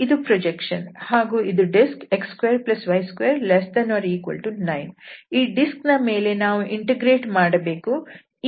ಇದು ಪ್ರೊಜೆಕ್ಷನ್ ಹಾಗೂ ಇದು ಡಿಸ್ಕ್ x2y29 ಈ ಡಿಸ್ಕ್ ನ ಮೇಲೆ ನಾವು ಇಂಟಿಗ್ರೇಟ್ ಮಾಡಬೇಕು